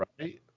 right